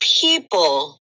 people